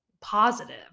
positive